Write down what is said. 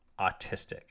autistic